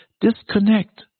Disconnect